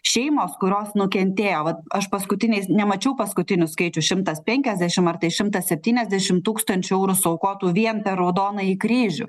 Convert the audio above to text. šeimos kurios nukentėjo vat aš paskutiniais nemačiau paskutinių skaičių šimtas penkiasdešimt ar tai šimtas septyniasdešimt tūkstančių eurų suaukotų vien per raudonąjį kryžių